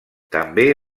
també